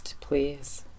Please